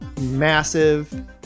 massive